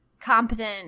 competent